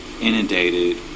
inundated